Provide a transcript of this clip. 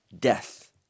death